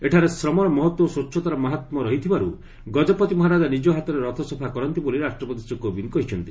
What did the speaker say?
ଏଠାରେ ଶ୍ରମର ମହତ୍ତ୍ୱ ଓ ସ୍ୱଚ୍ଛତାର ମାହମ୍ୟ ରହିଥିବାରୁ ଗଜପତି ମହାରାଜ ନିଜ ହାତରେ ରଥ ସଫା କରନ୍ତି ବୋଲି ରାଷ୍ଟ୍ରପତି ଶ୍ରୀ କୋବିନ୍ଦ କହିଛନ୍ତି